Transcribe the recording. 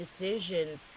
decisions